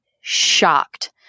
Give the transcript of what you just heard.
shocked